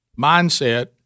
mindset